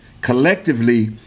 collectively